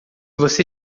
você